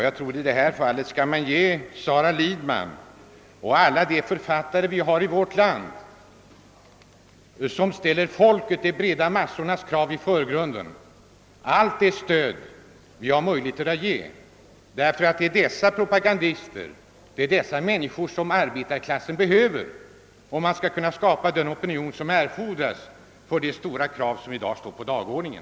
Man bör nog ge Sara Lidman, och alla de författare i vårt land, som ställer de breda massornas krav i förgrunden, allt det stöd som kan lämnas, ty det är dessa människor arbetarklassen behöver, om den erforderliga opinionen skall kunna skapas för genomförandet av de stora krav som i dag står på dagordningen.